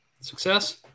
success